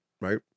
right